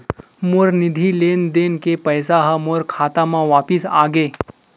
मोर निधि लेन देन के पैसा हा मोर खाता मा वापिस आ गे